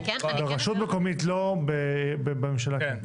ברשות מקומית לא, בממשלה כן.